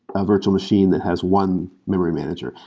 a virtual machine that has one memory manager.